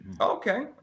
Okay